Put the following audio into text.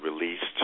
released